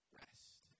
rest